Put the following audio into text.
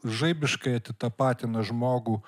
žaibiškai atitapatina žmogų